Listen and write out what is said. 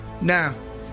Now